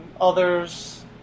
others